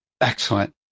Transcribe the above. Excellent